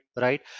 right